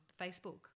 Facebook